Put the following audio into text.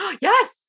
Yes